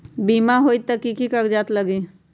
बिमा होई त कि की कागज़ात लगी?